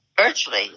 virtually